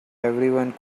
everyone